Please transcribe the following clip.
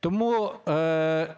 Тому,